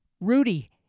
Rudy